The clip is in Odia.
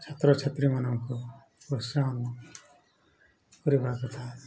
ଛାତ୍ରଛାତ୍ରୀମାନଙ୍କୁ ପ୍ରୋତ୍ସାହନ କରିବା କଥା